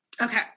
Okay